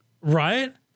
right